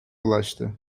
ulaştı